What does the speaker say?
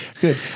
Good